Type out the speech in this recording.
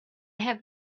have